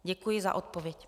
Děkuji za odpověď.